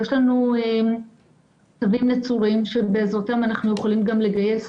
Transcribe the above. יש לנו צווים נצורים שבעזרתם אנחנו יכולים גם לגייס